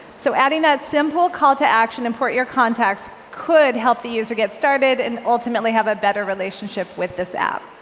so adding that simple call to action, import your contacts, could help the user get started and, ultimately, have a better relationship with this app.